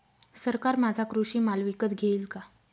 सरकार माझा कृषी माल विकत घेईल का?